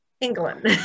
England